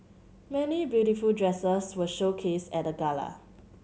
many beautiful dresses were showcased at the gala